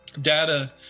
data